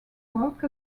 worked